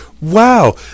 Wow